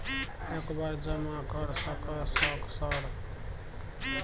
एक बार जमा कर सके सक सर?